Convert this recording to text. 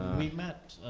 we've met,